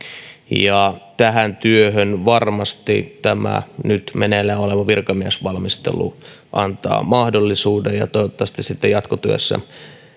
tähän työhön varmasti tämä nyt meneillään oleva virkamiesvalmistelu antaa mahdollisuuden ja toivottavasti sitten jatkotyössä